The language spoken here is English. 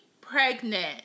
pregnant